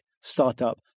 startup